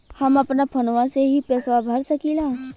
हम अपना फोनवा से ही पेसवा भर सकी ला?